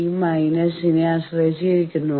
ഈ മൈനസിനെ ആശ്രയിച്ചിരിക്കുന്നു